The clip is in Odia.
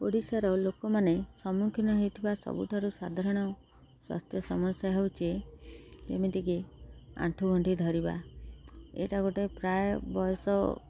ଓଡ଼ିଶାର ଲୋକମାନେ ସମ୍ମୁଖୀନ ହେଇଥିବା ସବୁଠାରୁ ସାଧାରଣ ସ୍ୱାସ୍ଥ୍ୟ ସମସ୍ୟା ହେଉଛି ଯେମିତିକି ଆଣ୍ଠୁଗଣ୍ଠି ଧରିବା ଏଇଟା ଗୋଟିଏ ପ୍ରାୟ ବୟସ